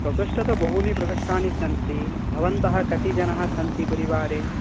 प्रकोष्ठः तु बहूनि प्रकोष्ठानि सन्ति भवन्तः कति जनाः सन्ति परिवारे